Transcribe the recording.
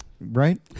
Right